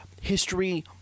history